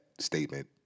statement